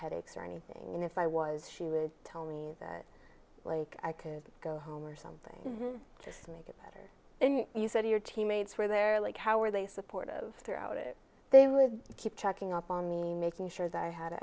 headaches or anything and if i was she would tell me that like i could go home or something just make it better and you said your teammates where they're like how were they supportive throughout it they would keep checking up on me making sure that i had